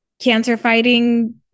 cancer-fighting